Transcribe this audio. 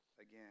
again